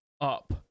up